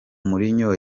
mourinho